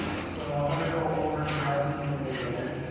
so i'm going to go over the housekeeping again.